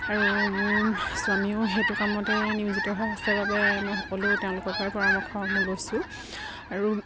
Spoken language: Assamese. আৰু মোৰ স্বামীও সেইটো কামতে নিয়োজিত হৈ আছে বাবে মই সকলো তেওঁলোকৰ পৰাই পৰামৰ্শসমূহ লৈছোঁ আৰু